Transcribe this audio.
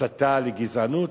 הסתה לגזענות.